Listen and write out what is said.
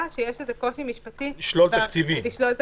שיש איזה קושי משפטי לשלול תקציבים.